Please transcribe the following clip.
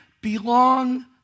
belong